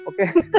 Okay